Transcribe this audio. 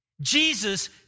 Jesus